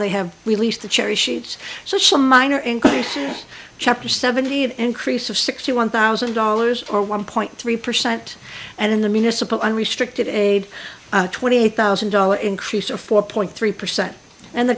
they have released the cherry sheets social miner and chapter seventy of increase of sixty one thousand dollars or one point three percent and in the municipal unrestricted a twenty eight thousand dollar increase of four point three percent and the